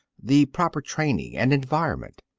the proper training, and environment.